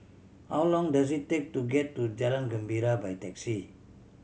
how long does it take to get to Jalan Gembira by taxi